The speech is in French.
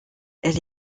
elle